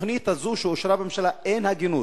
בתוכנית הזאת שאושרה בממשלה אין הגינות.